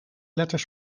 letters